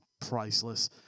priceless